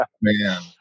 Man